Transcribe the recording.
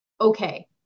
okay